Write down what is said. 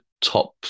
top